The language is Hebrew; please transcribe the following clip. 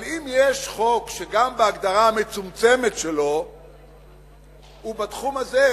אבל אם יש חוק שגם בהגדרה המצומצמת שלו הוא בתחום הזה,